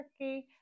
Turkey